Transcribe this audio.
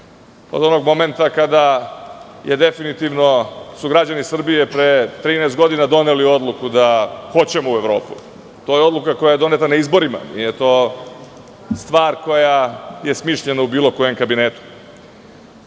od onog momenta kada su definitivno građani Srbije pre 13 godina doneli odluku da hoćemo u Evropu, to je odluka koja je doneta na izborima, nije stvar koja je smišljena u bilo kom kabinetu. Kako